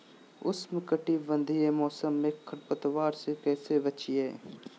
उष्णकटिबंधीय मौसम में खरपतवार से कैसे बचिये?